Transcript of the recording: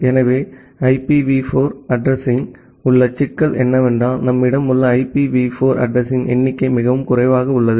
எனவே ஐபிவி 4 அட்ரஸிங்யுடன் உள்ள சிக்கல் என்னவென்றால் நம்மிடம் உள்ள ஐபிவி 4 அட்ரஸிங்யின் எண்ணிக்கை மிகவும் குறைவாகவே உள்ளது